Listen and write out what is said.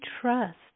trust